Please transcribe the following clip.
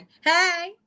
Hey